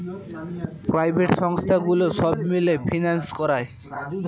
private সংস্থাগুলো সব মিলে ফিন্যান্স করায়